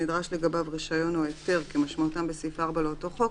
שנדרש לגביו רישיון או היתר כמשמעותם בסעיף 4 לאותו חוק,